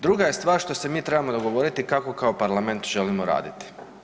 Druga je stvar što se mi trebamo dogovoriti kako kao parlament želimo raditi.